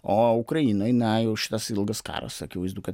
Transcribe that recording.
o ukrainoj na jau šitas ilgas karas akivaizdu kad